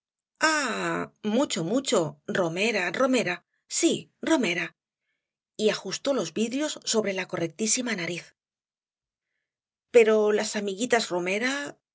mucho mucho romera romera sí romera y ajustó los vidrios sobre la correctísima nariz pero las amiguitas romera prosiguió